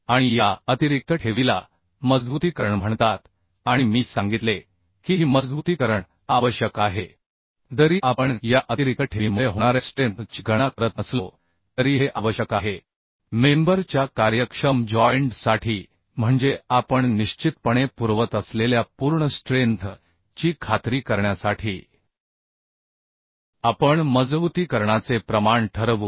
आणि या अतिरिक्त ठेवीला मजबुतीकरण म्हणतात आणि मी सांगितले की ही मजबुतीकरण आवश्यक आहे जरी आपण या अतिरिक्त ठेवीमुळे होणाऱ्या स्ट्रेंथ ची गणना करत नसलो तरी हे आवश्यक आहे मेंबर च्या कार्यक्षम जॉइंट साठी म्हणजे आपण निश्चितपणे पुरवत असलेल्या पूर्ण स्ट्रेंथ ची खात्री करण्यासाठी आपण मजबुतीकरणाचे प्रमाण ठरवू